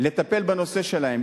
לטפל בנושא שלהם,